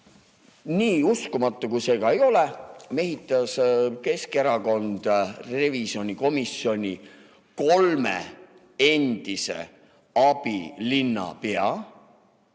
Nii uskumatu kui see ka ei ole, mehitas Keskerakond revisjonikomisjoni kolme endise abilinnapea